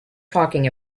talking